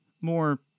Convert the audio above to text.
more